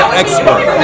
expert